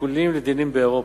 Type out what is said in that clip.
כשקולים לדינים באירופה.